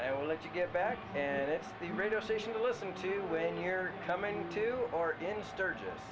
and will let you get back and the radio station to listen to when you're coming to or in sturgis